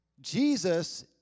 Jesus